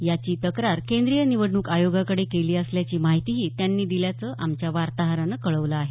याची तक्रार केंद्रीय निवडणूक आयोगाकडे केली असल्याची माहितीही त्यांनी दिल्याचं आमच्या वार्ताहरानं कळवलं आहे